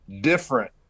Different